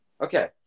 Okay